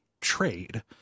trade